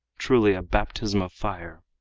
truly a baptism of fire.